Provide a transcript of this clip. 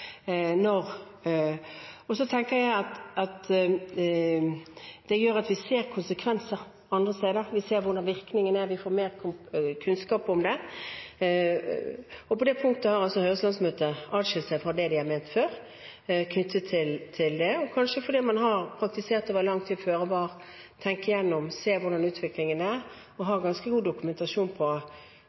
Det gjør at vi ser konsekvenser andre steder, ser hvordan virkningene er. Vi får mer kunnskap om det. På det punktet har altså Høyres landsmøte adskilt seg fra det vi har ment før knyttet til det, kanskje fordi man over lang tid har praktisert føre-var-prinsippet, tenkt igjennom og sett hvordan utviklingen har vært. Vi har ganske god dokumentasjon på